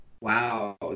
Wow